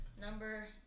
number